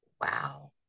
wow